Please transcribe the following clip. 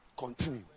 Continue